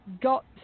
got